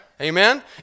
Amen